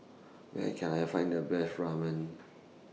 Where Can I Find The Best Ramen